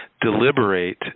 deliberate